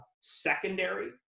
secondary